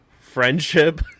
friendship